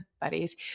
buddies